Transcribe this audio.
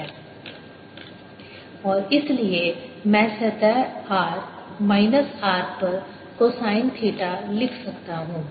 MdVMdS Mcosθa R ϵRϵMadr Mcosθa M Mcosθ और इसलिए मैं सतह r माइनस R पर कोसाइन थीटा लिख सकता हूं